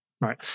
right